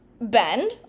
bend